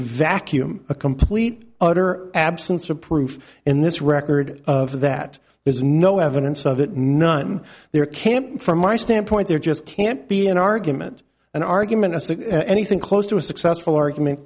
vacuum a complete utter absence of proof in this record of that is no evidence of it none there camp from my standpoint there just can't be an argument an argument as anything close to a successful argument